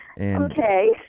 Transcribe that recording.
Okay